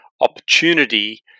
opportunity